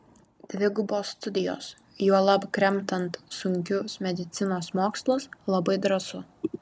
dvigubos studijos juolab kremtant sunkius medicinos mokslus labai drąsu